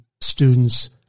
student's